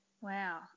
Wow